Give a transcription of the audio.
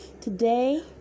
Today